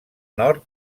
nord